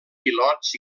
pilots